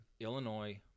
Illinois